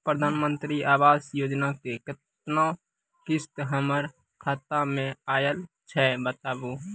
प्रधानमंत्री मंत्री आवास योजना के केतना किस्त हमर खाता मे आयल छै बताबू?